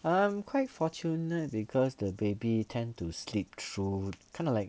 I'm quite fortunate because the baby tend to sleep through kind of like